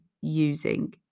using